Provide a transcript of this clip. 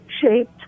shaped